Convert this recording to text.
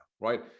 right